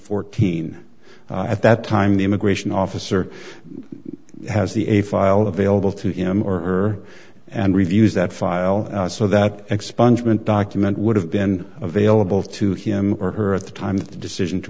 fourteen at that time the immigration officer has the a file available to him or and reviews that file so that expungement document would have been available to him or her at the time the decision to